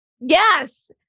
Yes